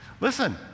Listen